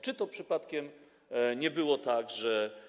Czy to przypadkiem nie było tak, że.